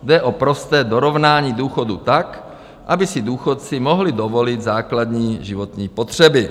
Jde o prosté dorovnání důchodů tak, aby si důchodci mohli dovolit základní životní potřeby.